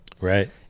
Right